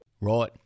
Right